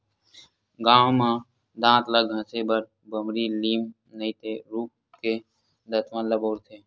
गाँव म दांत ल घसे बर बमरी, लीम नइते रूख के दतवन ल बउरथे